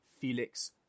Felix